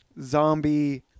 Zombie